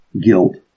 guilt